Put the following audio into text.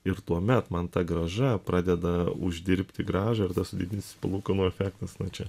ir tuomet man ta grąža pradeda uždirbti grąžą ir tas sudėtinis palūkanų efektas čia